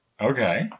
Okay